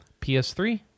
PS3